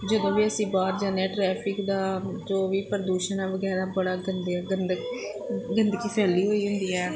ਜਦੋਂ ਵੀ ਅਸੀਂ ਬਾਹਰ ਜਾਂਦੇ ਹਾਂ ਟਰੈਫਿਕ ਦਾ ਜੋ ਵੀ ਪ੍ਰਦੂਸ਼ਣ ਵਗੈਰਾ ਬੜਾ ਗੰਦੇ ਗੰਦਗੀ ਫੈਲੀ ਹੋਈ ਹੋਈ ਹੈ